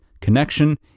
connection